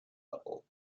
level